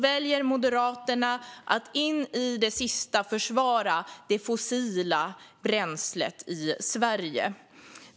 Men Moderaterna väljer att in i det sista försvara det fossila bränslet i Sverige.